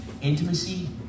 Intimacy